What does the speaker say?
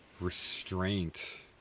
restraint